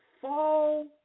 fall